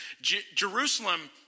Jerusalem